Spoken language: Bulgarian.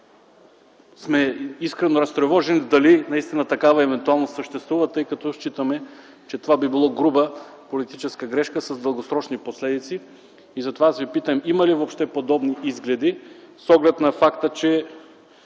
сме искрено разтревожени дали настина такава евентуално съществува, тъй като считаме, че това би било груба политическа грешка с дългосрочни последици. Затова аз Ви питам: има ли въобще подобни изгледи, с оглед на факта,